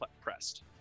pressed